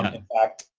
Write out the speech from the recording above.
and in fact,